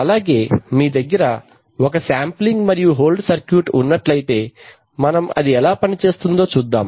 అలాగే మీ దగ్గర ఒక శాంప్లింగ్ మరియు హోల్డ్ సర్క్యూట్ ఉన్నట్లయితే మనం అది ఎలా పని చేస్తుందో చూద్దాం